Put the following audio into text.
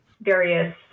various